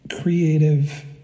creative